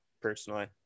personally